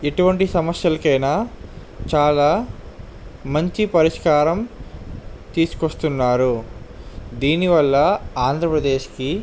ఎటువంటి సమస్యలకు అయిన చాలా మంచి పరిష్కారం తీసుకు వస్తున్నారు దీనివల్ల ఆంధ్రప్రదేశ్కి